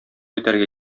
итәргә